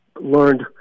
learned